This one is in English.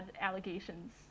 allegations